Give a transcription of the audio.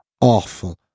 awful